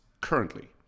currently